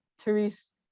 therese